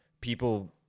people